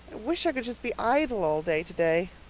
wish i could just be idle all day today,